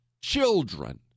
children